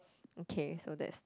okay so that's